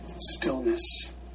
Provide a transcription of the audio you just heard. Stillness